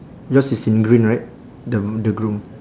yours is in green right the the groom